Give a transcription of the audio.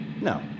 No